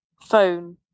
phone